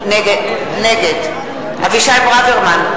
נגד אבישי ברוורמן,